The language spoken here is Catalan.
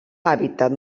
hàbitat